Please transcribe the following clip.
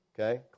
Okay